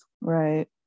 Right